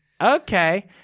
okay